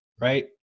Right